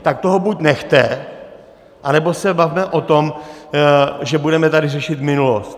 Tak toho buď nechte, anebo se bavme o tom, že budeme tady řešit minulost.